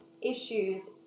issues